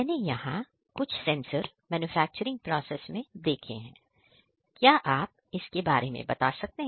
मैंने यहां कुछ सेंसर मैन्युफैक्चरिंग प्रोसेस में देखे हैं क्या आप इसके बारे में बता सकते हैं